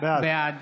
בעד